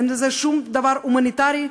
אין בזה שום דבר הומניטרי,